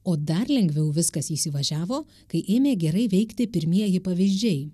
o dar lengviau viskas įsivažiavo kai ėmė gerai veikti pirmieji pavyzdžiai